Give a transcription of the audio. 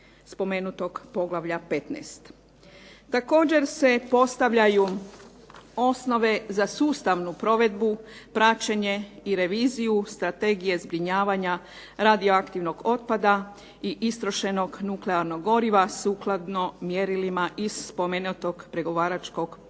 spomenutog poglavlja 15. Također se postavljaju osnove za sustavnu provedbu, praćenje i reviziju strategije zbrinjavanja radioaktivnog otpada i istrošenog nuklearnog goriva sukladno mjerilima iz spomenutog pregovaračkog poglavlja